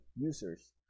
users